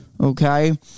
Okay